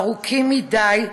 ארוכים מדי,